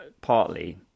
partly